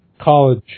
college